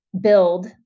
build